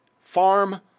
farm